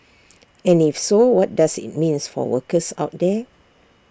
and if so what does IT means for workers out there